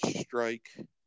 strike